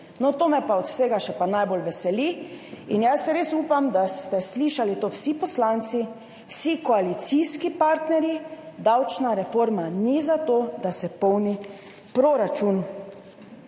to me pa od vsega še najbolj veseli in jaz res upam, da ste to slišali vsi poslanci, vsi koalicijski partnerji, davčna reforma ni za to, da se polni proračun.